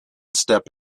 step